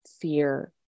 fear